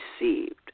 received